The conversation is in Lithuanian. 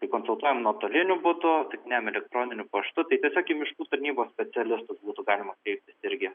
tai konsultuojam nuotoliniu būdu atsakinėjam elektroniniu paštu tai tiesiog į miškų tarnybos specialistus būtų galima kreiptis irgi